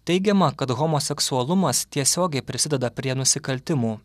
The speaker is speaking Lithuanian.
teigiama kad homoseksualumas tiesiogiai prisideda prie nusikaltimų